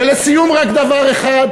ולסיום, רק דבר אחד,